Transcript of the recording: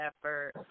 effort